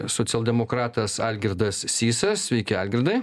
socialdemokratas algirdas sysas sveiki algirdai